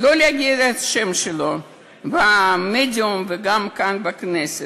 לא להגיד את השם שלו במדיה וגם כאן בכנסת,